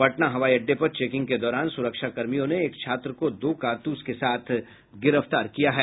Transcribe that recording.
पटना हवाई अड्डे पर चेकिंग के दौरान सुरक्षाकर्मियों ने एक छात्र को दो कारतूस के साथ गिरफ्तार किया है